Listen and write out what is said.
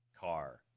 car